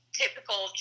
typical